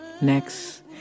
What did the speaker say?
Next